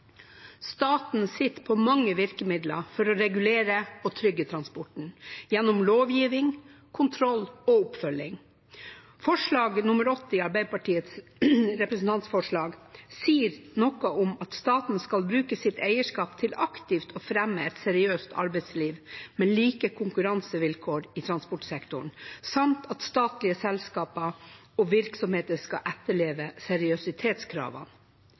Staten sitter på mange virkemidler for å regulere og trygge transporten: lovgivning, kontroll og oppfølging. Forslag nr. 8 i Arbeiderpartiets representantforslag sier noe om at staten skal bruke sitt eierskap til aktivt å fremme et seriøst arbeidsliv, med like konkurransevilkår i transportsektoren, samt at statlige selskaper og virksomheter skal etterleve seriøsitetskravene.